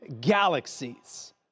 galaxies